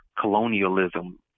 colonialism